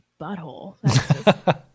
butthole